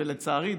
ולצערי,